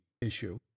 issue